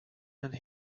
and